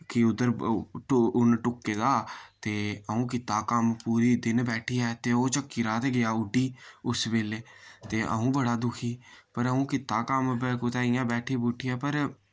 कि उद्धर उन्न टुक्के दा ते आऊं कीत्ता कम्म पूरे दिन बैठियै ते ओह चक्कीराह् ते गेआ उड्डी उस वेल्ले ते अऊं बड़ा दुक्खी पर अऊं कीत्ता कम्म कुतै इय्यां बैठी बुठियै पर